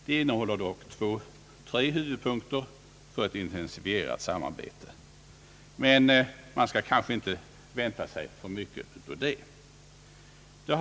Den innehåller tre huvudpunkter för ett intensifierat samarbete, men man skall kanske inte vänta sig för mycket av det.